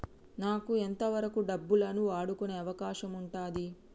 నాకు ఎంత వరకు డబ్బులను వాడుకునే అవకాశం ఉంటది?